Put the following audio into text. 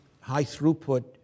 high-throughput